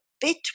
bit